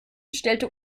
stellte